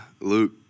Luke